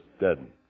dead